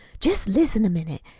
jest listen a minute.